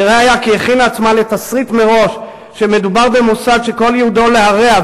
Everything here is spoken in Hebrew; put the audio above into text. נראה היה כי הכינה את עצמה מראש לתסריט שמדובר במוסד שכל ייעודו להרע,